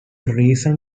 recent